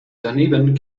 daneben